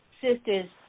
Sisters